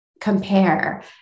compare